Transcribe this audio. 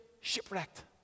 shipwrecked